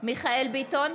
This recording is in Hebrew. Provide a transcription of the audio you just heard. מיכאל מרדכי ביטון,